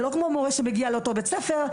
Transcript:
זה לא כמו מורה שמגיע לאותו בית ספר,